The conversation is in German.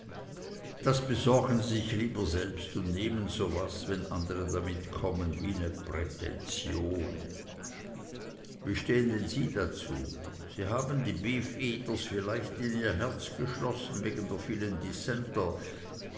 das besorgen sie sich lieber selbst und nehmen so was wenn andre damit kommen wie ne prätension wie stehen denn sie dazu sie haben die beefeaters vielleicht in ihr herz geschlossen wegen der vielen dissenter